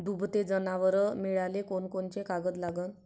दुभते जनावरं मिळाले कोनकोनचे कागद लागन?